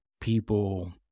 people